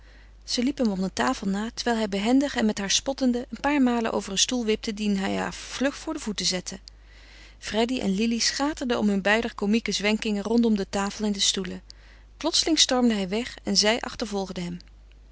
zij liep hem om de tafel na terwijl hij behendig en met haar spottende een paar malen over een stoel wipte dien hij haar vlug voor de voeten zette freddy en lili schaterden om hun beider komieke zwenkingen rondom de tafel en de stoelen plotseling stormde hij weg en zij achtervolgde hem